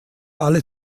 alle